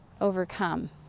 overcome